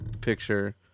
picture